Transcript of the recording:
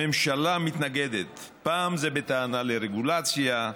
הממשלה מתנגדת, פעם זה בטענה לרגולציה,